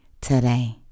today